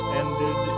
ended